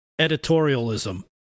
editorialism